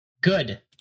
Good